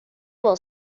will